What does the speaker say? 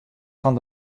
fan